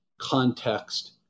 context